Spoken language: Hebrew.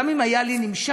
גם אם היה לי נמשל,